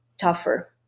tougher